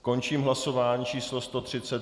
Končím hlasování číslo 130.